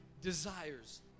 desires